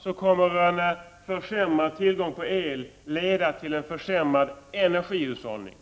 främst kommer en försämrad tillgång på el att leda till en försämrad energihushållning.